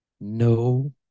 no